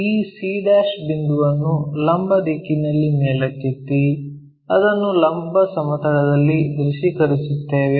ಈ c' ಬಿಂದುವನ್ನು ಲಂಬ ದಿಕ್ಕಿನಲ್ಲಿ ಮೇಲಕ್ಕೆತ್ತಿ ಅದನ್ನು ಲಂಬ ಸಮತಲದಲ್ಲಿ ದೃಶ್ಯೀಕರಿಸುತ್ತೇವೆ